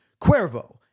Cuervo